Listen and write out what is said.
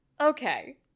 Okay